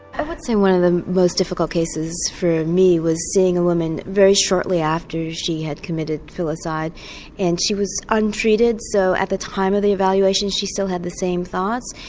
i would say one of the most difficult cases for me was seeing women very shortly after she had committed filicide and she was untreated, so at the time of the evaluation she still had these same thoughts,